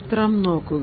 ചിത്രം നോക്കുക